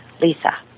Lisa